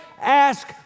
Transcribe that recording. ask